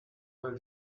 while